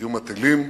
איום הטילים,